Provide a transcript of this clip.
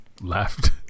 left